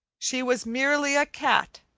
she was merely a cat,